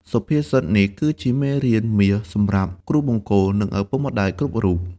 សុភាសិតនេះគឺជាមេរៀនមាសសម្រាប់គ្រូបង្គោល និងឪពុកម្ដាយគ្រប់រូប។